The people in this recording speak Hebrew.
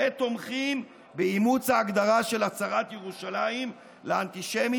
ותומכים באימוץ ההגדרה של הצהרת ירושלים לאנטישמיות